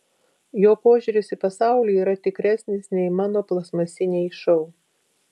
jo požiūris į pasaulį yra tikresnis nei mano plastmasiniai šou